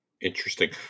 Interesting